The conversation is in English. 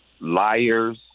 liars